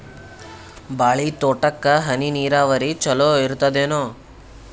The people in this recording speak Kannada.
ಬಾಳಿ ತೋಟಕ್ಕ ಹನಿ ನೀರಾವರಿ ಚಲೋ ಇರತದೇನು?